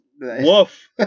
Woof